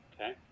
Okay